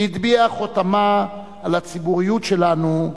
שהטביעה חותמה על הציבוריות שלנו,